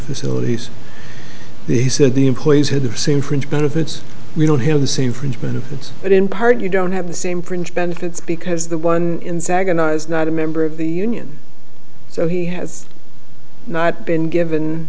facilities they said the employees had the same fringe benefits we don't have the same fringe benefits but in part you don't have the same fringe benefits because the one in sag and i was not a member of the union so he has not been given